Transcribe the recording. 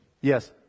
Yes